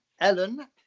Ellen